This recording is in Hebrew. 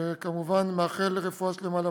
וכמובן מאחל רפואה שלמה לפצועים.